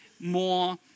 more